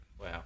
Wow